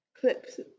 clips